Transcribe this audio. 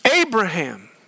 Abraham